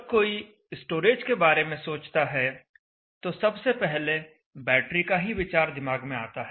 जब कोई स्टोरेज के बारे में सोचता है तो सबसे पहले बैटरी का ही विचार दिमाग में आता है